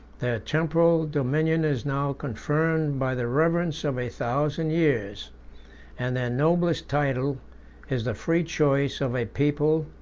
their temporal dominion is now confirmed by the reverence of a thousand years and their noblest title is the free choice of a people,